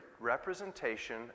representation